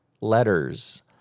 letters